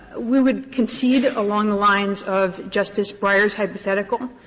we would concede, along the lines of justice breyer's hypothetical,